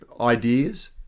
ideas